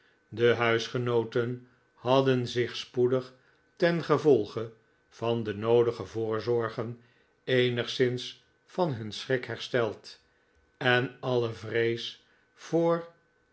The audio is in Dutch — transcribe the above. de huisgenooten hadden zich spoedig ten gevolge van de noodige voorzorgen eenigszins van hun schrik hersteld en alle vrees voor